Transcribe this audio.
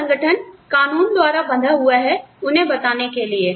और संगठन कानून द्वारा बंधा हुआ है उन्हें बताने के लिए